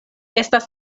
estas